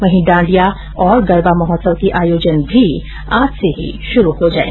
वहीं डांडिया और गरबा महोत्सव के आयोजन भी आज से ही शुरू होंगें